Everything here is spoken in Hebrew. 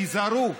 תיזהרו,